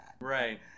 Right